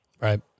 Right